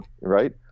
right